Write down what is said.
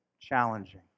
challenging